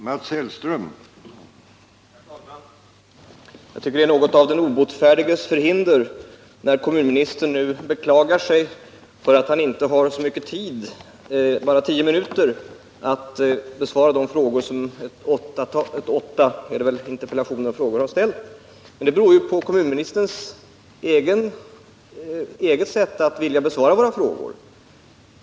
Herr talman! Jag tycker att det är något av den obotfärdiges förhinder när kommunministern beklagar sig över att han har så kort tid — bara tio minuter — för att besvara de frågor som åtta interpellanter och frågeställare har ställt. Det beror ju på kommunministerns eget sätt att vilja besvara våra frågor.